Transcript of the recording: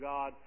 God